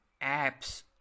apps